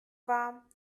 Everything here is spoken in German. war